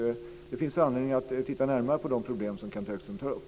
Det finns anledning att titta närmare på de problem som Kenth Högström tar upp.